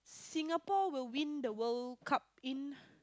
Singapore will win the World-Cup in